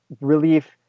relief